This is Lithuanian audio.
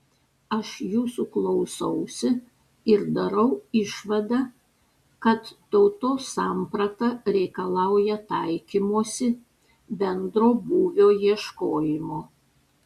aš jūsų klausausi ir darau išvadą kad tautos samprata reikalauja taikymosi bendro būvio ieškojimo